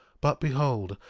but behold,